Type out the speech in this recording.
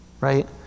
Right